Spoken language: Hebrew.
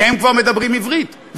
והם כבר מדברים עברית,